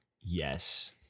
Yes